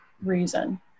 reason